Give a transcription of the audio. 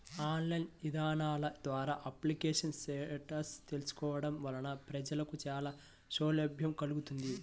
online ఇదానాల ద్వారా application status తెలుసుకోవడం వలన ప్రజలకు చానా సౌలభ్యం కల్గుతుంది